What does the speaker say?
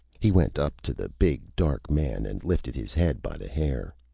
he went up to the big dark man and lifted his head by the hair.